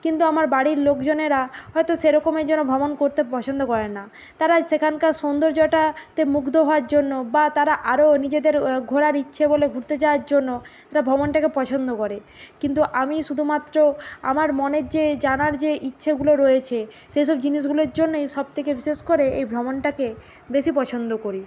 কিন্তু আমার বাড়ির লোকজনেরা হয়তো সেরকমের জন্য ভ্রমণ করতে পছন্দ করে না তারা সেখানকার সৌন্দর্যটা তে মুগ্ধ হওয়ার জন্য বা তারা আরো নিজেদের ঘোরার ইচ্ছে বলে ঘুরতে যাওয়ার জন্য তারা ভ্রমণটাকে পছন্দ করে কিন্তু আমি শুধুমাত্র আমার মনের যে জানার যে ইচ্ছেগুলো রয়েছে সেই সব জিনিসগুলোর জন্যই সবথেকে বিশেষ করে এই ভ্রমণটাকে বেশি পছন্দ করি